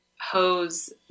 hose